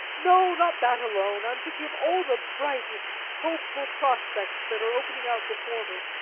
no, not that alone. i am thinking of all the bright and hopeful prospects that are opening out before me.